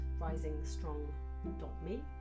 risingstrong.me